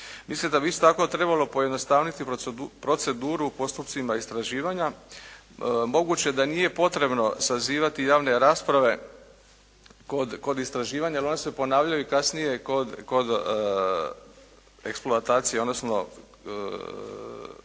Mislim da bi isto tako trebalo pojednostaviti proceduru u postupcima istraživanja. Moguće da nije potrebno sazivati javne rasprave kod istraživanja ona se ponavljaju kasnije kod eksploatacije, odnosno